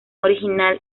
original